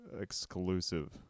exclusive